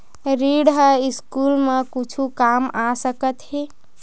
ऋण ह स्कूल मा कुछु काम आ सकत हे?